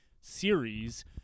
series